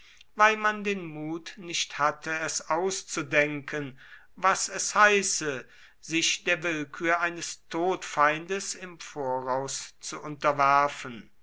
weil man den mut nicht hatte es auszudenken was es heiße sich der willkür eines todfeindes im voraus zu unterwerfen